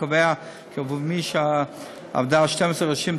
קובע כי עבור מי שעבדה 12 חודשים,